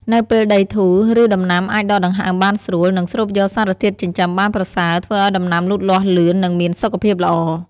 នៅពេលដីធូរ ឬសដំណាំអាចដកដង្ហើមបានស្រួល និងស្រូបយកសារធាតុចិញ្ចឹមបានប្រសើរ ធ្វើឲ្យដំណាំលូតលាស់លឿន និងមានសុខភាពល្អ។